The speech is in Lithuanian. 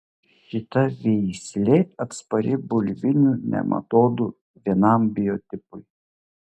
šita veislė atspari bulvinių nematodų vienam biotipui